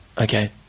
Okay